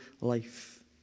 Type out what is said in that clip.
life